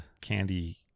candy